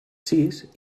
sis